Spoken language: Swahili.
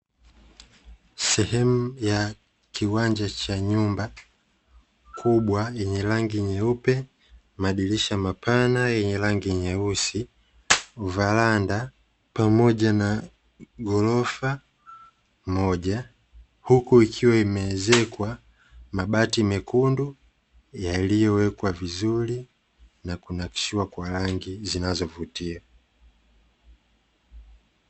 Sehemu ya kiwanja cha nyumba kubwa yenye rangi nyeupe, madirisha mapana yenye rangi nyeusi, varanda pamoja na ghorofa moja, huku ikiwa imeezekwa mabati mekundu, yaliyowekwa vizuri na kunakishiwa kwa rangi za zinazovutia.